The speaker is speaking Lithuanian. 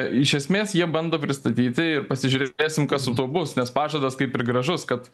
iš esmės jie bando pristatyti ir pasižiūrėsim kas su tuo bus nes pažadas kaip ir gražus kad